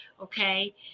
Okay